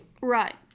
Right